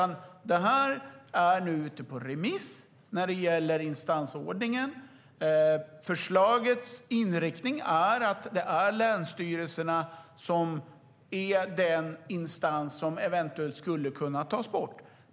Förslaget som gäller instansordningen är nu ute på remiss. Förslagets inriktning är att länsstyrelserna är en instans som eventuellt skulle kunna tas bort.